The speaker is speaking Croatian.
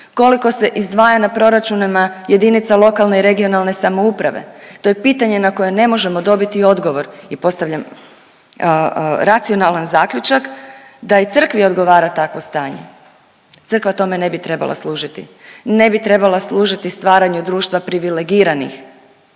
koliko se izdvaja na proračunima jedinica lokalne i regionalne samouprave. To je pitanje na koje ne možemo dobiti odgovor i postavljam racionalan zaključak da i crkvi odgovara takvo stanje. Crkva tome ne bi trebala služiti. Ne bi trebala služiti stvaranju društva privilegiranih,